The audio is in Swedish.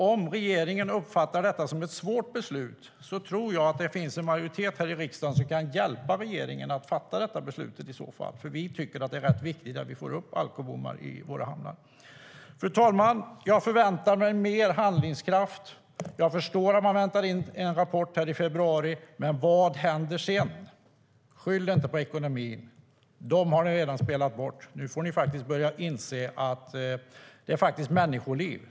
Om regeringen uppfattar det som ett svårt beslut tror jag att det finns en majoritet i riksdagen som kan hjälpa regeringen att i så fall fatta beslutet. Vi tycker att det är rätt viktigt att vi får upp alkobommar i våra hamnar. Fru talman! Jag förväntar mig mer handlingskraft. Jag förstår att regeringen väntar in en rapport i februari, men vad händer sedan? Skyll inte på ekonomin! De pengarna har ni redan spelat bort. Nu får ni börja inse att det handlar om människoliv.